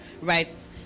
right